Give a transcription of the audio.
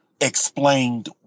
explained